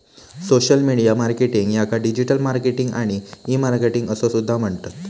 social media marketing याका digital marketing आणि e marketing असो सुद्धा म्हणतत